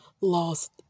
lost